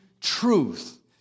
truth